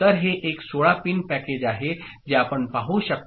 तर हे एक 16 पिन पॅकेज आहे जे आपण पाहू शकता